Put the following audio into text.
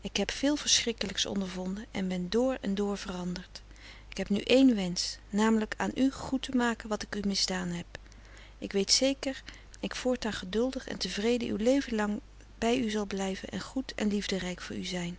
ik heb veel verschrikkelijks ondervonden en ben dr en dr veranderd ik heb nu één wensch namelijk aan u goed te maken wat ik u misdaan heb ik weet zeker ik voortaan geduldig en tevreden uw leven lang bij u zal blijven en goed en liefderijk voor u zijn